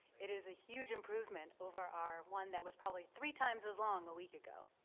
it is a huge improvement over our one that was probably three times as long a week ago.